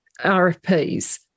RFPs